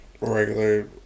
regular